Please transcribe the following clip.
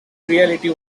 reality